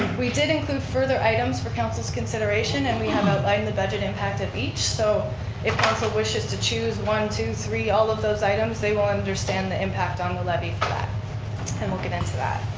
we did include further items for council's consideration and we have outlined the budget impact of each so if council wishes to choose one, two, three, all of those items, they will understand the impact on the levy for that and we'll get into that.